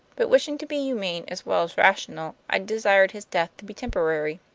but wishing to be humane as well as rational, i desired his death to be temporary.